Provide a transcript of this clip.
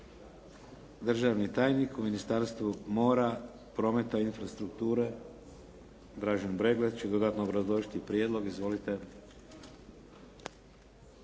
Držani tajnik u Ministarstvu mora, prometa i infrastrukture Dražen Breglec će dodatno obrazložiti prijedlog. Izvolite.